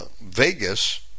Vegas